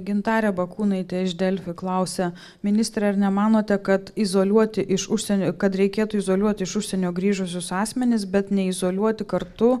gintarė bakūnaitė iš delfi klausia ministre ar nemanote kad izoliuoti iš užsienio kad reikėtų izoliuot iš užsienio grįžusius asmenis bet ne izoliuoti kartu